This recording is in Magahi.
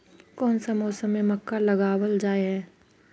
कोन सा मौसम में मक्का लगावल जाय है?